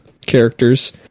characters